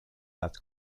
that